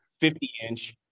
50-inch